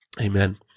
Amen